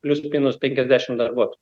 plius minus penkiasdešimt darbuotojų